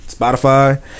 Spotify